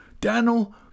Daniel